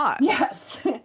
Yes